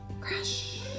Crash